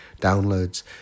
downloads